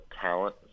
talent